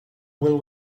will